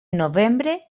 novembre